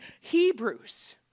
Hebrews